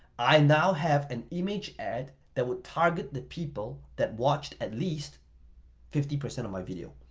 i now have an image ad that would target the people that watched at least fifty percent of my video,